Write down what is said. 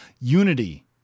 Unity